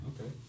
Okay